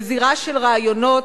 לזירה של רעיונות,